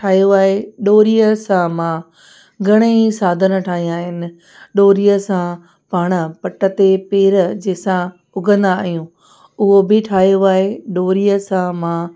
ठाहियो आहे ॾोरीअ सां मां घणेई साधन ठाहिया आहिनि ॾोरीअ सां पाण पट ते पेर जंहिं सां उघंदा आहियूं उहो बि ठाहियो आहे ॾोरीअ सां मां